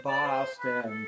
Boston